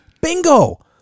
Bingo